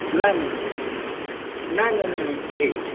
नहि नहि नहि नहि नहि ठीक छै